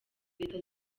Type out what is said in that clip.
leta